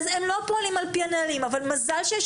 הם לא פועלים על פי הנהלים אבל מזל שיש